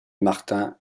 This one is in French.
martin